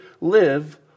live